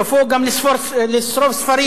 סופו גם לשרוף ספרים,